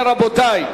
רבותי,